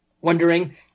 wondering